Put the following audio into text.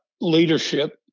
leadership